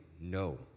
no